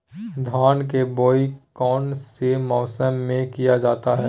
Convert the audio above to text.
धान के बोआई कौन सी मौसम में किया जाता है?